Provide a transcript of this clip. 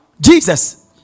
Jesus